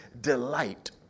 delight